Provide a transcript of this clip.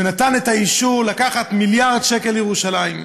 ונתן את האישור לקחת מיליארד שקל לירושלים,